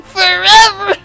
forever